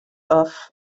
off